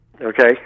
Okay